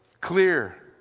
clear